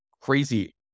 crazy